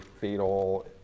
fatal